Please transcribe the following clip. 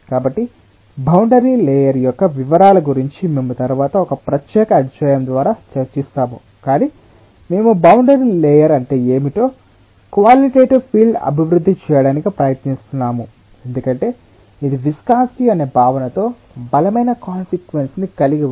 కాబట్టి boundary layer యొక్క వివరాల గురించి మేము తరువాత ఒక ప్రత్యేక అధ్యాయం ద్వారా చర్చిస్తాము కాని మేము బౌండరీ లేయర్ అంటే ఏమిటో క్వాలిటెటివ్ ఫీల్డ్ అభివృద్ధి చేయడానికి ప్రయత్నిస్తున్నాము ఎందుకంటే ఇది విస్కాసిటి అనే భావనతో బలమైన కాన్సిక్వెన్స్ ని కలిగి ఉంటుంది